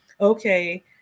okay